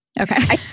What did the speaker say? Okay